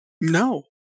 No